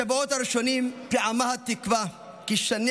בשבועות הראשונים פיעמה התקווה כי שני